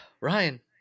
Ryan